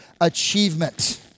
achievement